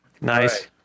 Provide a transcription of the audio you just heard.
Nice